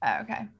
Okay